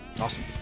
Awesome